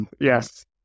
Yes